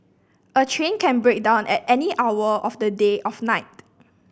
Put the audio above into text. a train can break down at any hour of the day of night